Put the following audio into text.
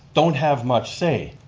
don't have much say.